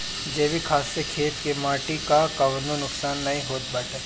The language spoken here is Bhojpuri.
जैविक खाद से खेत के माटी कअ कवनो नुकसान नाइ होत बाटे